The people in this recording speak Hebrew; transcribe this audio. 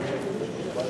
התש"ע 2010,